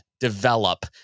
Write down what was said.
develop